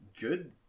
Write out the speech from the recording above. good